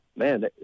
man